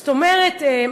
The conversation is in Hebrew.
זאת אומרת,